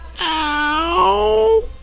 ow